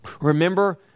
Remember